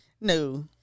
No